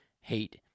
hate